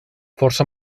força